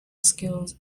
schools